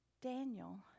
Daniel